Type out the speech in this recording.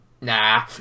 Nah